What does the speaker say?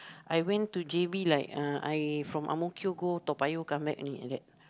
I went to J_B like uh I from Ang-Mo-Kio go Toa-Payoh come back only like that